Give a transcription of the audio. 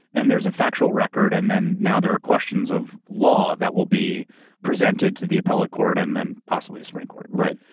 and there's a factual record and then now there are questions of law that will be presented to the appellate court and then possibly the supreme court. right.